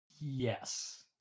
Yes